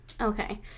Okay